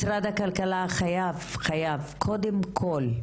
משרד הכלכלה חייב, חייב, קודם כל,